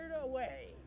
away